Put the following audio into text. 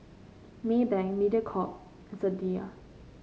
Maybank Mediacorp and Sadia